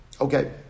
Okay